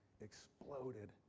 exploded